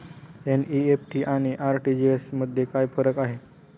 NEFT आणि RTGS मध्ये काय फरक आहे?